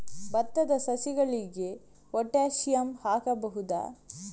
ಭತ್ತದ ಸಸಿಗಳಿಗೆ ಪೊಟ್ಯಾಸಿಯಂ ಹಾಕಬಹುದಾ?